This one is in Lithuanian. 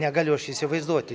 negaliu aš įsivaizduoti